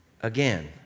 again